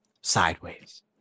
sideways